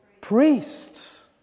priests